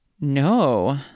No